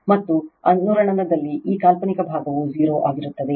ಮತ್ತು ಅನುರಣನದಲ್ಲಿ ಈ ಕಾಲ್ಪನಿಕ ಭಾಗವು 0 ಆಗಿರುತ್ತದೆ